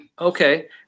Okay